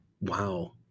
Wow